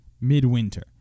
midwinter